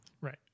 Right